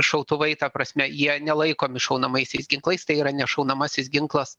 šautuvai ta prasme jie nelaikomi šaunamaisiais ginklais tai yra nešaunamasis ginklas